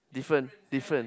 different different